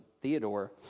Theodore